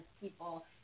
people